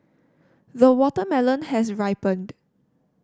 the watermelon has ripened